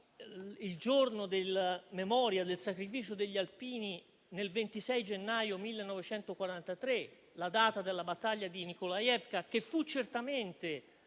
il Giorno della memoria del sacrificio degli alpini nel 26 gennaio 1943, la data della battaglia di Nikolajewka, che fu certamente